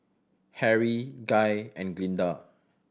Harry Guy and Glynda